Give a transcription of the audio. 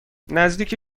نزدیک